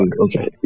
okay